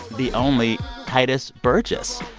the only tituss burgess.